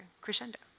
crescendo